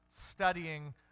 studying